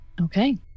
Okay